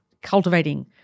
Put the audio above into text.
cultivating